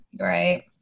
Right